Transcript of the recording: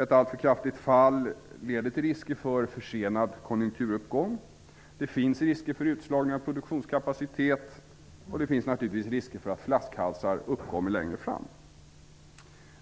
Ett alltför kraftigt fall medför risker för en försenad konjunkturuppgång. Det finns risker för utslagning av produktionskapacitet och för att falskhalsar uppkommer.